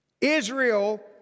Israel